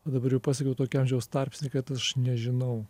o dabar jau pasiekiau tokį amžiaus tarpsnį kad aš nežinau